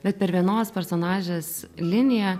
bet per vienos personažės liniją